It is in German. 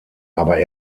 aber